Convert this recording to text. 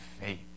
faith